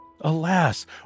Alas